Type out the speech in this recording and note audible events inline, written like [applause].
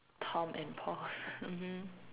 Tom and Paul [noise] mmhmm